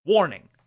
Warning